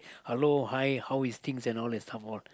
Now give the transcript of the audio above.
hello hi how is things and all that stuff all